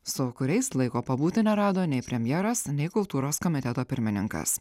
su kuriais laiko pabūti nerado nei premjeras nei kultūros komiteto pirmininkas